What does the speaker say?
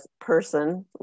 person